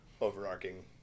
overarching